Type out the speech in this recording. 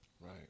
Right